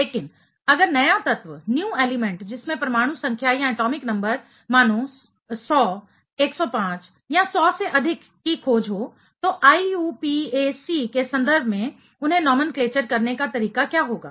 लेकिन अगर नया तत्व जिसमें परमाणु संख्या एटॉमिक नंबर मानो 100 105 100 से अधिक की खोज हो तो IUPAC के संदर्भ में उन्हें नोमेनक्लेचर करने का तरीका क्या होगा